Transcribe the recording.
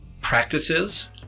practices